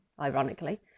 ironically